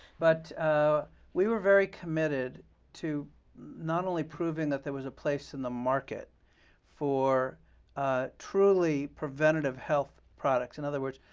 but we were very committed to not only proving that there was a place in the market for ah truly preventative health products in other words,